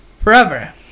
forever